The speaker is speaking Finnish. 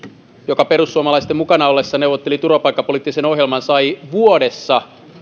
joka perussuomalaisten mukana ollessa neuvotteli turvapaikkapoliittisen ohjelman sai